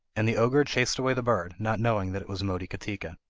and the ogre chased away the bird, not knowing that it was motikatika.